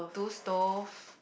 two stoves